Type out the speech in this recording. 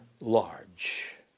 large